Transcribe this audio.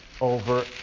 over